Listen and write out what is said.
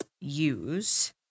use